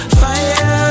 fire